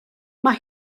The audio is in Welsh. mae